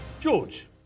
George